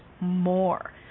more